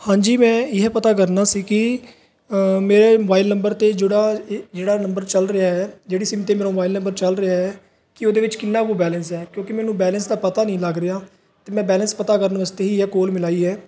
ਹਾਂਜੀ ਮੈਂ ਇਹ ਪਤਾ ਕਰਨਾ ਸੀ ਕਿ ਮੇਰੇ ਮੋਬਾਈਲ ਨੰਬਰ 'ਤੇ ਜੁੜਾ ਜਿਹੜਾ ਨੰਬਰ ਚੱਲ ਰਿਹਾ ਜਿਹੜੀ ਸਿਮ 'ਤੇ ਮੇਰਾ ਮੋਬਾਈਲ ਨੰਬਰ ਚੱਲ ਰਿਹਾ ਕਿ ਉਹਦੇ ਵਿੱਚ ਕਿੰਨਾ ਕੁ ਬੈਲੈਂਸ ਹੈ ਕਿਉਂਕਿ ਮੈਨੂੰ ਬੈਲੈਂਸ ਦਾ ਪਤਾ ਨਹੀਂ ਲੱਗ ਰਿਹਾ ਅਤੇ ਮੈਂ ਬੈਲੈਂਸ ਪਤਾ ਕਰਨ ਵਾਸਤੇ ਹੀ ਇਹ ਕੋਲ ਮਿਲਾਈ ਹੈ